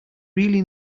really